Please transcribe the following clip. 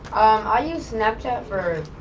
i use snapchat for